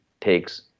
takes